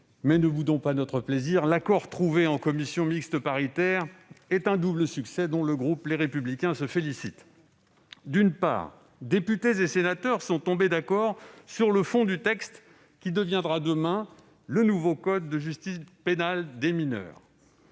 ! Ne boudons pas notre plaisir. L'accord trouvé en commission mixte paritaire est un double succès, dont le groupe Les Républicains se félicite. D'une part, députés et sénateurs sont tombés d'accord sur le fond du texte, qui deviendra, demain, le nouveau code de justice pénale des mineurs.